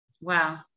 Wow